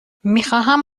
میخواهم